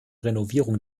renovierung